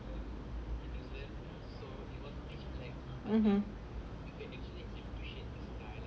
mmhmm